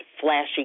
flashy